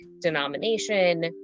denomination